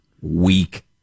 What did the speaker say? Weak